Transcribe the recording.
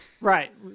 Right